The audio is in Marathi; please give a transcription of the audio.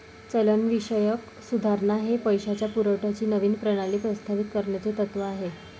चलनविषयक सुधारणा हे पैशाच्या पुरवठ्याची नवीन प्रणाली प्रस्तावित करण्याचे तत्त्व आहे